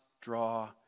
draw